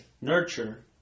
nurture